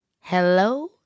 Hello